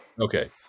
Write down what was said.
okay